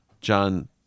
John